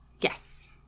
Yes